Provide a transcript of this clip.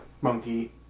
monkey